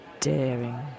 daring